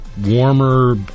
warmer